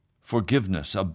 forgiveness